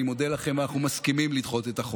לכבודו ולכבודנו.